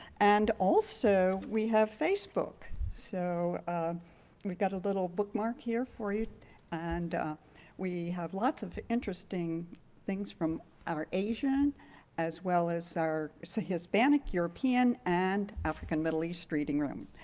and also we have facebook. so we've got a little bookmark here for you and we have lots of interesting things from our asian as well as our so hispanic, european and african middle east reading room.